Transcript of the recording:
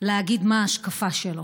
להגיד מה ההשקפה שלו,